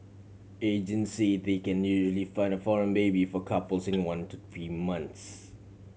agent say they can usually find a foreign baby for couples in one to three months